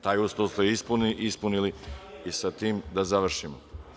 Taj uslov ste ispunili i sa tim da završimo.